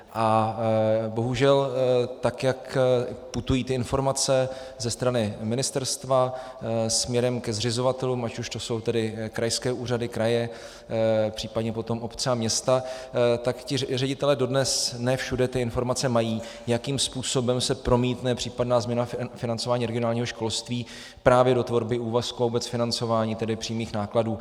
A bohužel tak jak putují ty informace ze strany ministerstva směrem ke zřizovatelům, ať už to jsou krajské úřady, kraje, případně potom obce a města, tak ti ředitelé dodnes ne všude ty informace mají, jakým způsobem se promítne případná změna financování regionálního školství právě do tvorby úvazků a vůbec financování, tedy přímých nákladů.